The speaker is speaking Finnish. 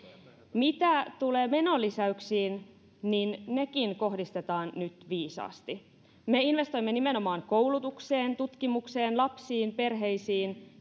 mitä tulee menolisäyksiin niin nekin kohdistetaan nyt viisaasti me investoimme nimenomaan koulutukseen tutkimukseen lapsiin perheisiin